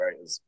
right